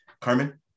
Carmen